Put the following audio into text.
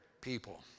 people